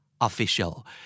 Official